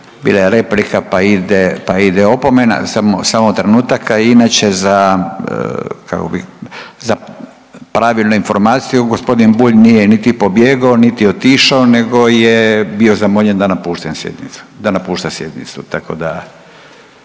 Bila je replika pa ide, pa ide opomena. Samo trenutak, a inače za, kako bi, za pravilnu informaciju, g. Bulj nije niti pobjegao niti otišao nego je bio zamoljen da napušta sjednicu,